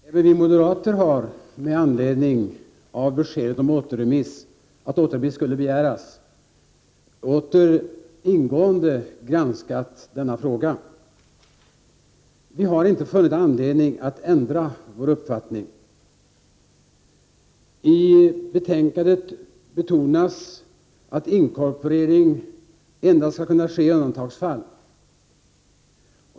Herr talman! Även vi moderater har med anledning av beskedet om att återremiss skulle begäras åter ingående granskat denna fråga. Vi har inte funnit anledning att ändra vår uppfattning. I betänkandet betonas att inkorporering endast skall kunna ske i undantagsfall.